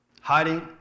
Hiding